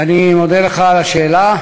אני מודה לך על השאלה.